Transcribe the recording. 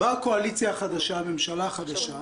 באה הקואליציה החדשה, הממשלה החדשה ואמרה: